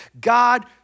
God